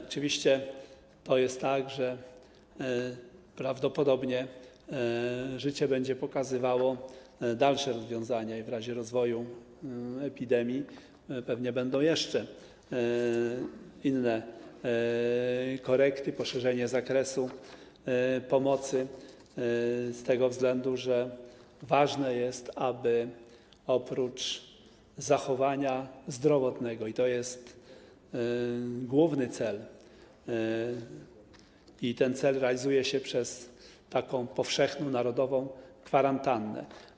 Oczywiście jest tak, że prawdopodobnie życie będzie pokazywało dalsze rozwiązania i w razie rozwoju epidemii pewnie będą jeszcze inne korekty i poszerzenie zakresu pomocy z tego względu, że ważne jest, aby oprócz zachowania zdrowotnego, i to jest główny cel i ten cel realizuje się przez powszechną, narodową kwarantannę.